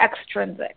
extrinsic